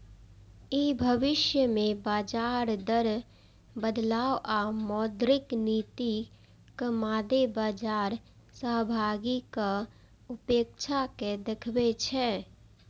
ई भविष्य मे ब्याज दर बदलाव आ मौद्रिक नीतिक मादे बाजार सहभागीक अपेक्षा कें देखबै छै